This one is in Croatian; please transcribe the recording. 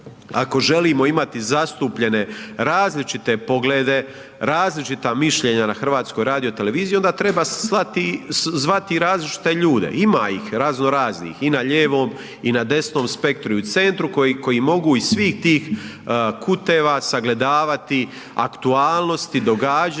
Ako želimo imati zastupljene različite poglede, različita mišljenja na HRT-u onda treba se zvati i različite ljude, ima ih razno raznih i na ljevom i na desnom spektru i u centru koji mogu iz svih tih kuteva sagledavati aktualnosti, događanja